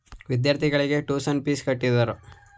ವಿದ್ಯಾರ್ಥಿಗಳು tuition fees ಕಟ್ಟಿದರು